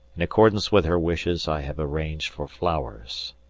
in accordance with her wishes, i have arranged for flowers.